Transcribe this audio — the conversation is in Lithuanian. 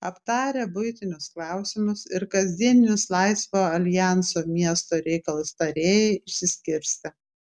aptarę buitinius klausimus ir kasdienius laisvojo aljanso miesto reikalus tarėjai išsiskirstė